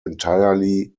entirely